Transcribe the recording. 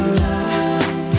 love